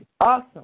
awesome